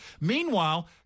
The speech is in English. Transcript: Meanwhile